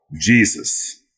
Jesus